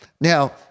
Now